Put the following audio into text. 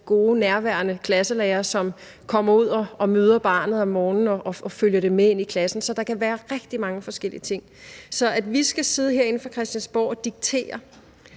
gode, nærværende klasselærer, som kommer ud og møder barnet om morgenen og følger det ind i klassen. Så der kan være rigtig mange forskellige ting. Så at vi skal sidde herinde på Christiansborg og diktere,